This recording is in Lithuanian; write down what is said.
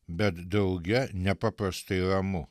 bet drauge nepaprastai ramu